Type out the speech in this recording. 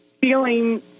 feeling